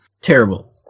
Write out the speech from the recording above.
Terrible